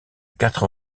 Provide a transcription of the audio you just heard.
quatre